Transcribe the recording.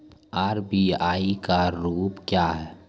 RBI का rule क्या हैं?